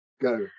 Go